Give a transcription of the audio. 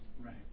Right